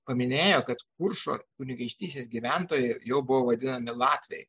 paminėjo kad kuršo kunigaikštystės gyventojai jau buvo vadinami latviai